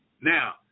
Now